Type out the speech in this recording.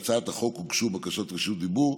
להצעת החוק הוגשו בקשות רשות דיבור,